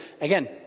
Again